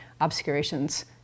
obscurations